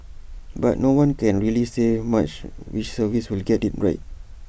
but no one can really say much which service will get IT right